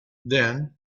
then